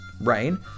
Rain